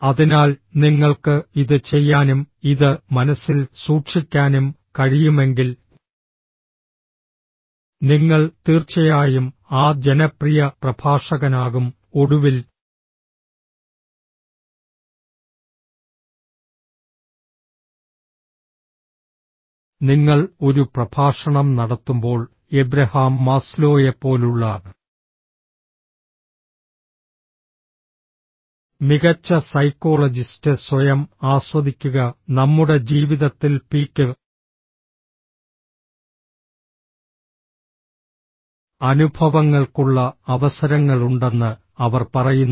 അതിനാൽ നിങ്ങൾക്ക് ഇത് ചെയ്യാനും ഇത് മനസ്സിൽ സൂക്ഷിക്കാനും കഴിയുമെങ്കിൽ നിങ്ങൾ തീർച്ചയായും ആ ജനപ്രിയ പ്രഭാഷകനാകും ഒടുവിൽ നിങ്ങൾ ഒരു പ്രഭാഷണം നടത്തുമ്പോൾ എബ്രഹാം മാസ്ലോയെപ്പോലുള്ള മികച്ച സൈക്കോളജിസ്റ്റ് സ്വയം ആസ്വദിക്കുക നമ്മുടെ ജീവിതത്തിൽ പീക്ക് അനുഭവങ്ങൾക്കുള്ള അവസരങ്ങളുണ്ടെന്ന് അവർ പറയുന്നു